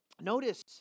Notice